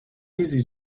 easy